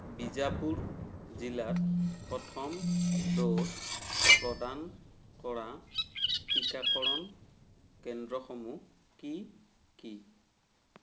বিজাপুৰ জিলাত প্ৰথম ড'জ প্ৰদান কৰা টিকাকৰণ কেন্দ্ৰসমূহ কি কি